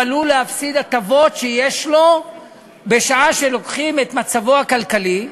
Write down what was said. הוא עלול להפסיד הטבות שיש לו בשעה שלוקחים בחשבון את מצבו הכלכלי.